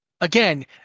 Again